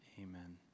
Amen